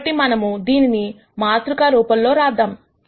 కాబట్టి మనము దీనిని మాతృక రూపములో రాద్దాము